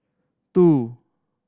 two